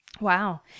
Wow